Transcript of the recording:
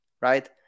right